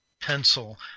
pencil